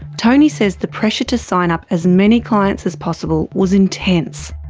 tony says the pressure to sign up as many clients as possible was intense.